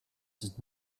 does